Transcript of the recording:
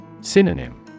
Synonym